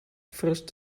first